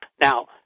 Now